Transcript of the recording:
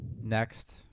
Next